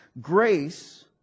Grace